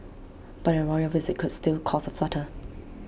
but A royal visit could still cause A flutter